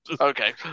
Okay